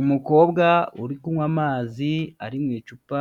Umukobwa uri kunywa amazi ari mu icupa,